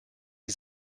die